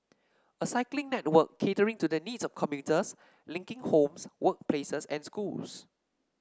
a cycling network catering to the needs of commuters linking homes workplaces and schools